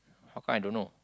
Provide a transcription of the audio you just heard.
how come I don't know